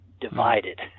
divided